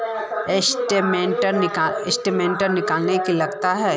Statement निकले ले की लगते है?